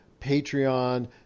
Patreon